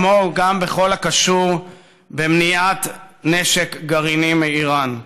כמו גם בכל הקשור במניעת נשק גרעיני מאיראן.